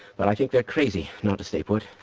but i think they're crazy not to stay put.